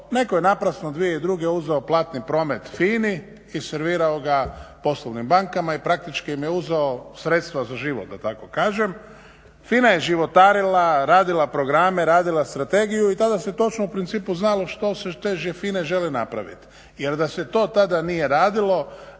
netko je naprosto 2002. uzeo platni promet FINA-i i servirao ga poslovnim bankama i praktički im je uzeo sredstva za život, da tako kažem. FINA je životarila, radila programe, radila strategiju i tada se točno u principu znalo što se od FINA-e želi napraviti jer da se to tada nije radilo,